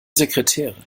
sekretärin